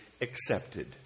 accepted